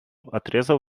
отрезал